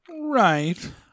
Right